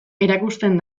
erakusten